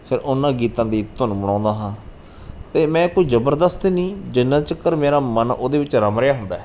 ਫਿਰ ਉਹਨਾਂ ਗੀਤਾਂ ਦੀ ਧੁਨ ਬਣਾਉਂਦਾ ਹਾਂ ਅਤੇ ਮੈਂ ਕੋਈ ਜ਼ਬਰਦਸਤ ਨਹੀਂ ਜਿੰਨਾ ਚਿਰ ਮੇਰਾ ਮਨ ਉਹਦੇ ਵਿੱਚ ਰਮ ਰਿਹਾ ਹੁੰਦਾ ਹੈ